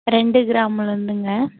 ரெண்டு கிராம்லருந்துங்க